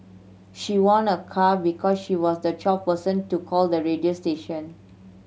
she won a car because she was the twelfth person to call the radio station